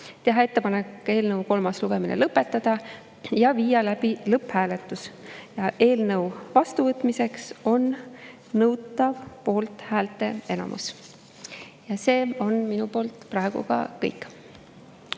teha ettepanek eelnõu kolmas lugemine lõpetada ja viia läbi lõpphääletus. Eelnõu vastuvõtmiseks on nõutav poolthäälteenamus. Ja see on minu poolt praegu kõik.